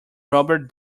rubber